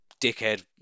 dickhead